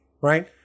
right